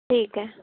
ठीक आहे